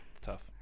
Tough